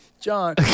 John